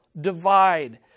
divide